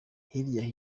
hirya